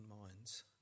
minds